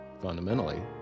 fundamentally